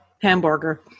hamburger